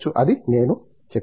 అది నేను చెప్పేది